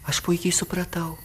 aš puikiai supratau